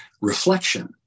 reflection